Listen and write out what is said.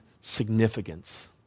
significance